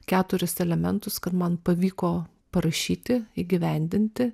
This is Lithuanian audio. keturis elementus kad man pavyko parašyti įgyvendinti